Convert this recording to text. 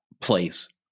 place